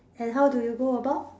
and how do you go about